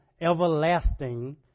everlasting